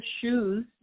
shoes